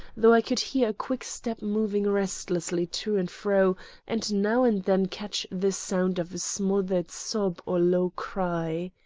though i could hear a quick step moving restlessly to and fro and now and then catch the sound of a smothered sob or low cry.